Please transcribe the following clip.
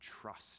trust